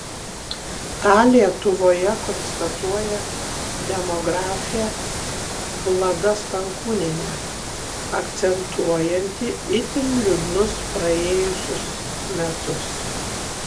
tą lietuvoje konstatuoja demografė vlada stankūnienė akcentuojanti itin liūdnus praėjusius metus